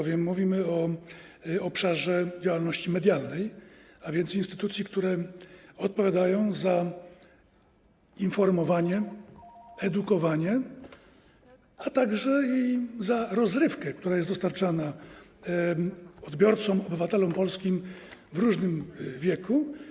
Mówimy bowiem o obszarze działalności medialnej, a więc działalności instytucji, które odpowiadają za informowanie, edukowanie, a także za rozrywkę, która jest dostarczana odbiorcom, obywatelom polskim w różnym wieku.